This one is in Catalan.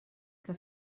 que